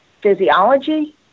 physiology